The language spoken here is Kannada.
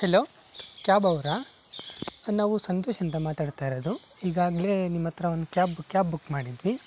ಹಲೋ ಕ್ಯಾಬ್ ಅವರಾ ನಾವು ಸಂತೋಷ್ ಅಂತ ಮಾತಾಡ್ತಾ ಇರೋದು ಈಗಾಗಲೇ ನಿಮ್ಮ ಹತ್ರ ಒಂದು ಕ್ಯಾಬ್ ಬು ಕ್ಯಾಬ್ ಬುಕ್ ಮಾಡಿದ್ವಿ